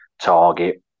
Target